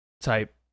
type